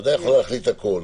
הוועדה יכולה להחליט הכול,